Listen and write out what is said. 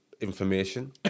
information